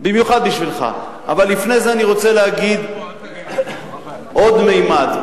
אבל לפני זה אני רוצה להגיד עוד ממד.